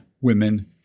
women